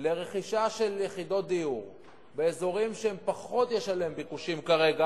לרכישה של יחידות דיור באזורים שיש עליהם פחות ביקושים כרגע,